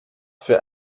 für